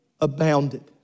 abounded